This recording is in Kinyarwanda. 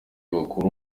bakuru